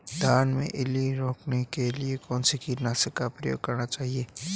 धान में इल्ली रोकने के लिए कौनसे कीटनाशक का प्रयोग करना चाहिए?